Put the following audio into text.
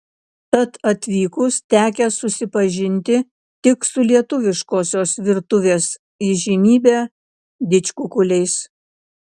tad atvykus tekę susipažinti tik su lietuviškosios virtuvės įžymybe didžkukuliais